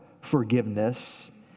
forgiveness